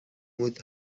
with